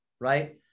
right